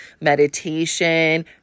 meditation